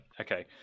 okay